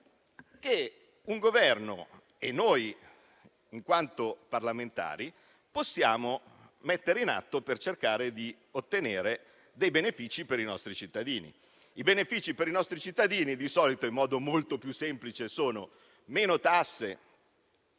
che un Governo e noi, in quanto parlamentari, possiamo mettere in atto per cercare di ottenere dei benefici per i nostri cittadini. I benefici per i nostri cittadini di solito, in modo molto semplice, sono meno tasse